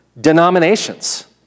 denominations